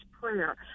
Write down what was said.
prayer